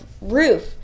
roof